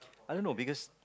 I don't know because